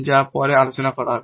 যা পরে আলোচনা করা হবে